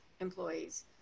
employees